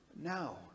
Now